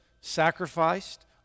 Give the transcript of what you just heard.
sacrificed